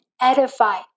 edify